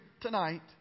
tonight